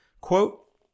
Quote